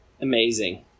Amazing